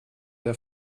der